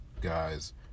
guys